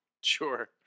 Sure